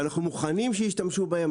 אנחנו מוכנים שישתמשו בהם.